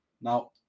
Now